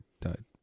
died